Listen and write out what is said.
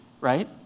right